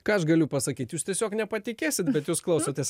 ką aš galiu pasakyt jūs tiesiog nepatikėsit bet jūs klausotės